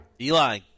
Eli